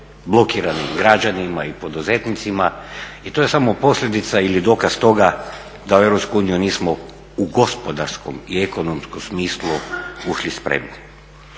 blokiranim građanima i poduzetnicima i to je samo posljedica ili dokaz toga da u EU nismo u gospodarskom i ekonomskom smislu ušli spremni.